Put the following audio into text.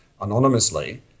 anonymously